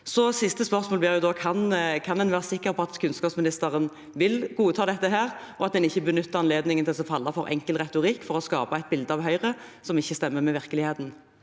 Kan en være sikker på at kunnskapsministeren vil godta dette, og at en ikke benytter anledningen til å falle for enkel retorikk for å skape et bilde av Høyre som ikke stemmer med virkeligheten?